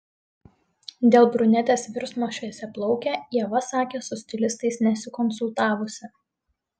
dėl brunetės virsmo šviesiaplauke ieva sakė su stilistais nesikonsultavusi